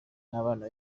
n’abana